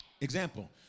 Example